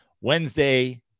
Wednesday